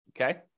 Okay